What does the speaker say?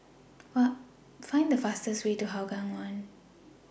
Find The fastest Way to Hougang one